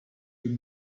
für